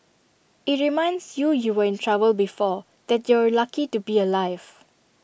IT reminds you you were in trouble before that you're lucky to be alive